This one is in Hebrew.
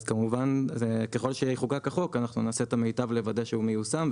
אז כמובן ככל שיחוקק החוק אנחנו נעשה את המיטב לוודא שהוא מיושם,